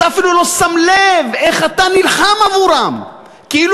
אתה אפילו לא שם לב איך אתה נלחם עבורם כאילו